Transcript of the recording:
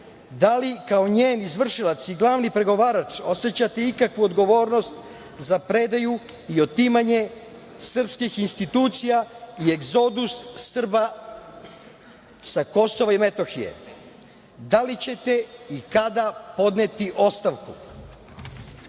da li kao njen izvršilac i glavni pregovarač osećate ikakvu odgovornost za predaju i otimanje srpskih institucija i egzodus Srba sa Kosova i Metohije? Da li ćete i kada podneti ostavku? Treće